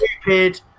Stupid